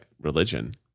religion